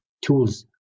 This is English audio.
tools